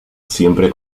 siempre